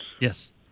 Yes